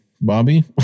Bobby